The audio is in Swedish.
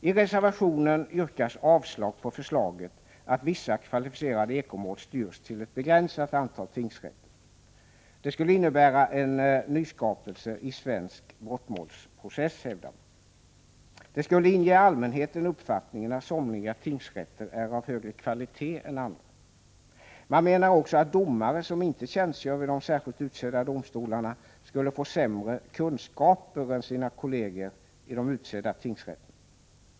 I reservationen yrkas avslag på förslaget att vissa kvalificerade ekomål styrs till ett begränsat antal tingsrätter. Detta skulle innebära en nyskapelse i svensk brottmålsprocess, hävdar man. Det skulle inge allmänheten uppfattningen att somliga tingsrätter är av högre kvalitet än andra. Man menar också att domare som inte tjänstgör vid de särskilt utsedda domstolarna skulle få sämre kunskaper än sina kolleger i de utsedda tingsrätterna.